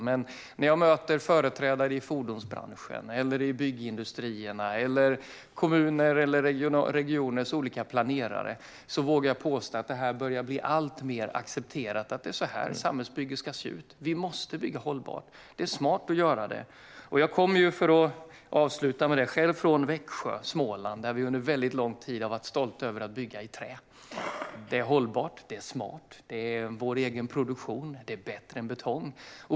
Men när jag möter företrädare i fordonsbranschen och byggindustrierna eller kommuners och regioners olika planerare vågar jag påstå att det börjar bli alltmer accepterat att det är så ett samhällsbygge ska se ut. Vi måste bygga hållbart. Det är smart att göra det. Jag kommer själv från Växjö i Småland där vi under väldigt lång tid varit stolta över att bygga i trä. Det är hållbart och smart. Det är vår egen produktion. Det är bättre än betong.